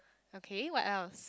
ok what else